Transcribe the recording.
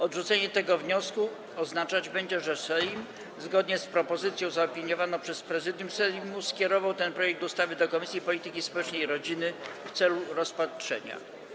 Odrzucenie tego wniosku oznaczać będzie, że Sejm, zgodnie z propozycją zaopiniowaną przez Prezydium Sejmu, skierował ten projekt ustawy do Komisji Polityki Społecznej i Rodziny w celu rozpatrzenia.